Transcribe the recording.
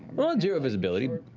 not zero visibility.